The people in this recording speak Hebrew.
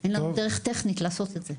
אין לנו דרך טכנית לעשות את זה,